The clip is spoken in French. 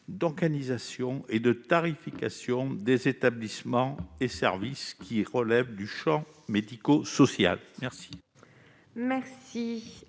d'organisation et de tarification des établissements et services qui relèvent du champ médico-social.